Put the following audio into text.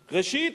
לא,